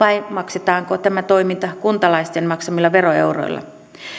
vai maksetaanko tämä toiminta kuntalaisten maksamilla veroeuroilla